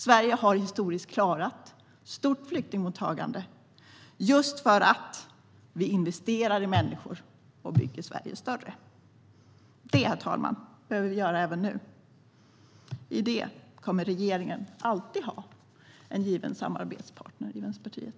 Sverige har historiskt klarat ett stort flyktingmottagande just för att vi investerar i människor och bygger Sverige större. Det, herr talman, behöver vi göra även nu. I fråga om detta kommer regeringen alltid att ha en given samarbetspartner i Vänsterpartiet.